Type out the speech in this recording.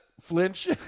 flinch